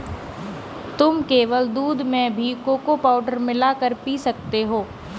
तुम केवल दूध में भी कोको पाउडर मिला कर पी सकते हो